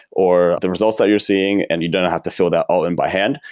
or the results that you're seeing and you don't have to fill that all in by hand,